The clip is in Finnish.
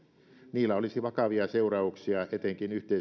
niillä olisi vakavia seurauksia etenkin yhteiskuntamme